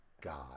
God